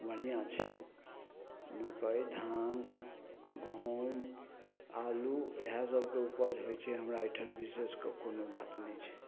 बढ़िआँ छै मक्कइ धान गहुम आलू इएह सबके उपज होइ छै हमरा अइठम विशेष कऽ कोनो बात नहि छै